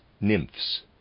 nymphs